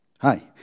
Hi